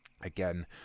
again